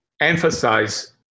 emphasize